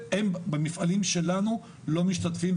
הם במפעלים שלנו לא משתתפים,